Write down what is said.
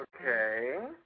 Okay